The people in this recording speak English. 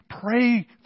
pray